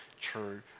true